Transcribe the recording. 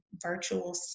virtual